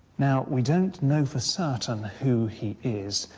now, we don't know for certain who he is,